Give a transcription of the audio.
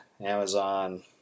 Amazon